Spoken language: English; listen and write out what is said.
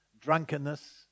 drunkenness